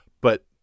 But-